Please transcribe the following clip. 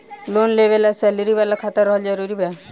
Loan लेवे ला salary वाला खाता रहल जरूरी बा?